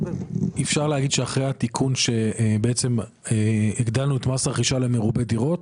אפשר להגיד שאחרי התיקון בו הגדלנו את מס הרכישה למרובי דירות,